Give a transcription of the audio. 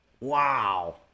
Wow